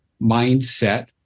mindset